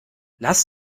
lass